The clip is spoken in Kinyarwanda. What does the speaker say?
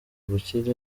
gukira